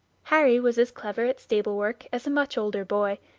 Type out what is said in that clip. harry was as clever at stable-work as a much older boy,